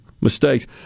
mistakes